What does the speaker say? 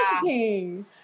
amazing